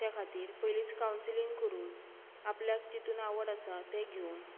त्या खातीर पयलींच कावन्सिलींग करून आपल्याक जितून आवड आसा तें घेवन